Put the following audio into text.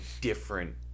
different